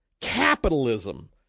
Capitalism